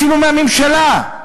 אפילו מהממשלה,